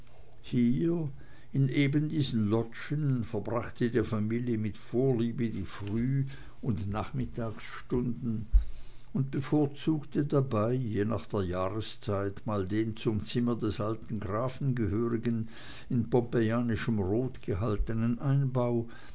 hier in eben diesen loggien verbrachte die familie mit vorliebe die früh und nachmittagsstunden und bevorzugte dabei je nach der jahreszeit mal den zum zimmer des alten grafen gehörigen in pompejischem rot gehaltenen einbau